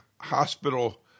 hospital